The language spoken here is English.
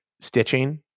stitching